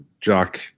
jock